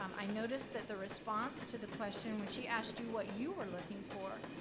um i noticed that the response to the question when she asked you what you were looking for,